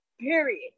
Period